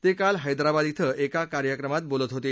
ते काल हैदराबाद ध्व एका कार्यक्रमात बोलत होते